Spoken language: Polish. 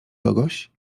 kogoś